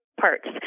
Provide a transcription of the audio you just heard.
parts